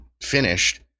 finished